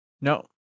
No